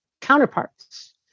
counterparts